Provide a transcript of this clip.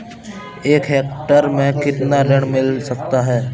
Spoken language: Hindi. एक हेक्टेयर में कितना ऋण मिल सकता है?